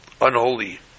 Unholy